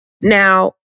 Now